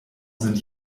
sind